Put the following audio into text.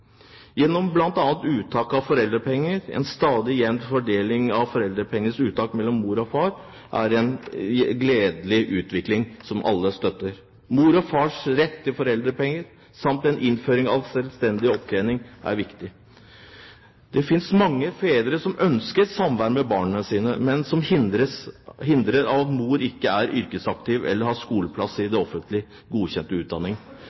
gjennom uttak av foreldrepenger. En stadig jevnere fordeling av foreldrepengeuttak mellom mor og far er en gledelig utvikling som alle støtter. Mor og fars rett til foreldrepenger samt en innføring av selvstendig opptjeningsrett er viktig. Det finnes mange fedre som ønsker samvær med barna sine, men som hindres fordi mor ikke er yrkesaktiv eller har skoleplass til offentlig godkjent utdanning.